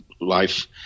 life